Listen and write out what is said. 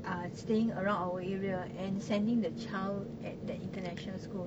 are staying around our area and sending the child at that international school